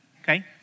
okay